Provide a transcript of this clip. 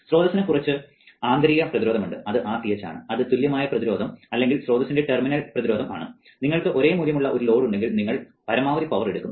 സ്രോതസ്സിന് കുറച്ച് ആന്തരിക പ്രതിരോധമുണ്ട് അത് Rth ആണ് അത് തുല്യമായ പ്രതിരോധം അല്ലെങ്കിൽ സ്രോതസ്സിന്റെ ടെർമിനൽ പ്രതിരോധം ആണ് നിങ്ങൾക്ക് ഒരേ മൂല്യമുള്ള ഒരു ലോഡ് ഉണ്ടെങ്കിൽ നിങ്ങൾ പരമാവധി പവർ എടുക്കും